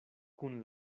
kun